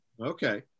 Okay